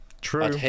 True